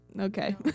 Okay